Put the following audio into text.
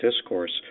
discourse